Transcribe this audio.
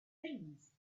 things